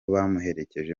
bamuherekeje